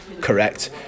correct